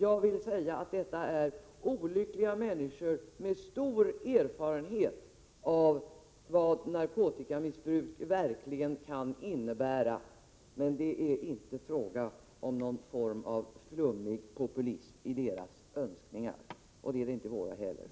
Jag vill säga att detta är olyckliga människor med stor erfarenhet av vad narkotikamissbruk verkligen kan innebära, men det finns ingenting av flummig populism i deras önskningar — och inte i våra heller.